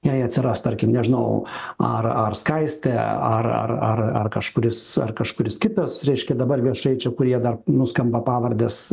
jei atsiras tarkim nežinau ar ar skaistė ar ar ar ar kažkuris ar kažkuris kitas reiškia dabar viešai čia kurie dar nuskamba pavardės